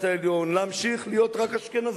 העליון להמשיך להיות רק אשכנזי.